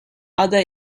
other